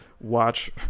watch